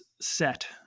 set